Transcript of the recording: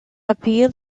appeal